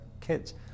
kids